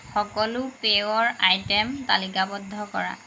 সকলো pair item তালিকাবদ্ধ কৰা